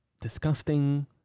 disgusting